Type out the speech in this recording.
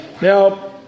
Now